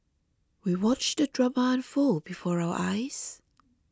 we watched the drama unfold before our eyes